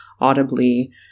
audibly